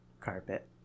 Carpet